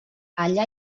allà